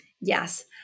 Yes